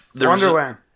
Wonderland